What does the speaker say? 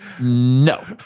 no